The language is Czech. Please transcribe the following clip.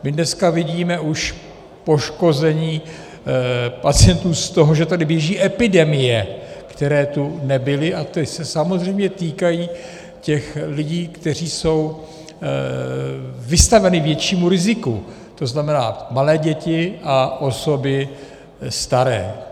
My dneska vidíme už poškození pacientů z toho, že tady běží epidemie, které tu nebyly a které se samozřejmě týkají těch lidí, kteří jsou vystaveni většímu riziku, to znamená malé děti a osoby staré.